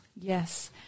Yes